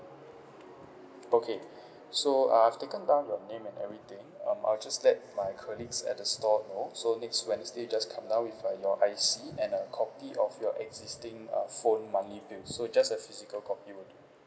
okay so uh I've taken down your name and everything um I'll just let my colleagues at the store know so next wednesday you just come down with uh your I_C and a copy of your existing uh phone monthly bill so just a physical copy will do